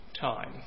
time